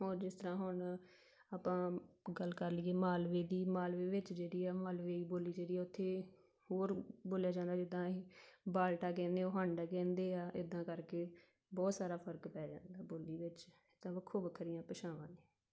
ਔਰ ਜਿਸ ਤਰ੍ਹਾਂ ਹੁਣ ਆਪਾਂ ਗੱਲ ਕਰ ਲਈਏ ਮਾਲਵੇ ਦੀ ਮਾਲਵੇ ਵਿੱਚ ਜਿਹੜੀ ਆ ਮਲਵਈ ਬੋਲੀ ਜਿਹੜੀ ਉੱਥੇ ਹੋਰ ਬੋਲਿਆ ਜਾਂਦਾ ਜਿੱਦਾਂ ਇਹ ਬਾਲਟਾ ਕਹਿੰਦੇ ਉਹ ਹੰਡਾ ਕਹਿੰਦੇ ਆ ਇੱਦਾਂ ਕਰਕੇ ਬਹੁਤ ਸਾਰਾ ਫ਼ਰਕ ਪੈ ਜਾਂਦਾ ਬੋਲੀ ਵਿੱਚ ਤਾਂ ਵੱਖੋ ਵੱਖਰੀਆਂ ਭਾਸ਼ਾਵਾਂ ਨੇ